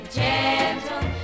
gentle